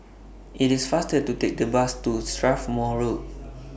IT IS faster to Take The Bus to Strathmore Road